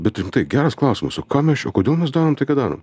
bet rimtai geras klausimas o ką mes čia o kodėl mes darom tai ką darom